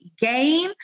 game